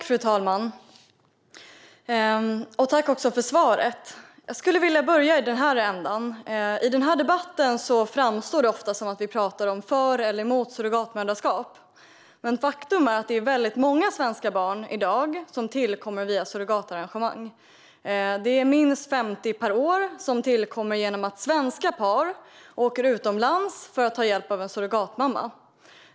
Fru talman! Jag tackar för svaret. I denna debatt framstår det ofta som att vi talar om att vara för eller emot surrogatmoderskap, men faktum är att det i dag är väldigt många svenska barn som tillkommer via surrogatarrangemang. Minst 50 barn per år tillkommer genom att svenska par åker utomlands för att ta hjälp av en surrogatmamma.